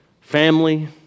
family